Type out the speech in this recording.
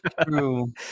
true